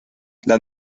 las